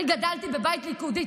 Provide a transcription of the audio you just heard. אני גדלתי בבית ליכודי,